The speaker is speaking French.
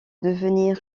devenir